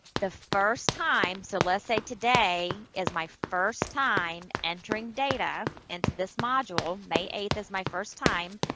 the first time, so let's say today is my first time entering data into this module, may eighth is my first time,